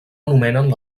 anomenen